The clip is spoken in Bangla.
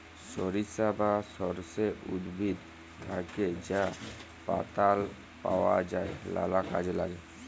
সরিষা বা সর্ষে উদ্ভিদ থ্যাকে যা পাতাট পাওয়া যায় লালা কাজে ল্যাগে